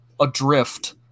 adrift